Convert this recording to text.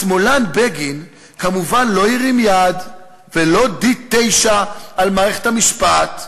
השמאלן בגין כמובן לא הרים יד ולא D-9 על מערכת המשפט.